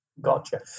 Gotcha